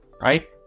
right